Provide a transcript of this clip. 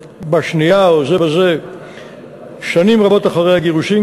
בשנייה או זו בזה שנים רבות אחרי הגירושים,